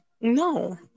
No